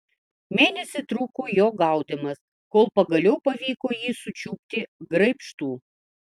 mėnesį truko jo gaudymas kol pagaliau pavyko jį sučiupti graibštu